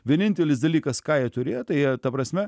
vienintelis dalykas ką jie turėjo tai jie ta prasme